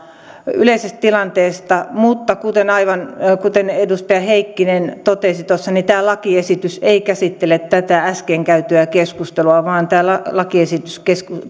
yleisestä tilanteesta mutta aivan kuten edustaja heikkinen totesi tämä lakiesitys ei käsittele tätä äsken käytyä keskustelua vaan tämä lakiesitys